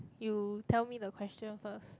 you tell me the question first